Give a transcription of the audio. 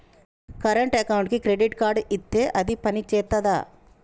Current అకౌంట్కి credit card ఇత్తే అది పని చేత్తదా?